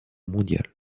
mondiale